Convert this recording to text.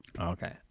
Okay